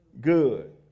good